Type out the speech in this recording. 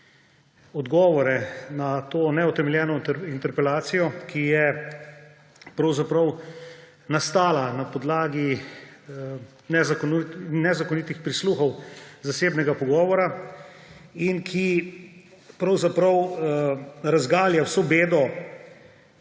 odgovore na to neutemeljeno interpelacijo, ki je pravzaprav nastala na podlagi nezakonitih prisluhov zasebnega pogovora in ki pravzaprav razgalja vso bedo